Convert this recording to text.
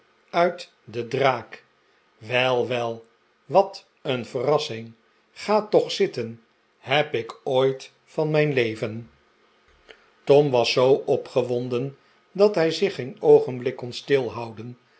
uit de draak wel wel wat een verrassing gaat toch zitten heb ik ooit van mijn leven maarten chuzzlewit tom was zoo opgewonden dat hij zich geen oogenblik kon stilhouden